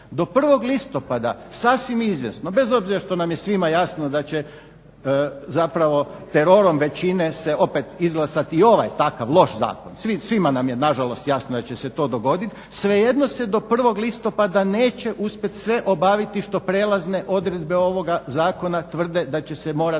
Do 1. listopada sasvim izvjesno bez obzira što nam je svima jasno da će, zapravo terorom većine se opet izglasati i ovaj, takav loš zakon. Svima nam je na žalost jasno da će se to dogoditi. Svejedno se do 1. listopada neće uspjeti sve obaviti što prijelazne odredbe ovoga zakona tvrde da će se morati